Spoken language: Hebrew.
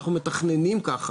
אנחנו מתכננים ככה.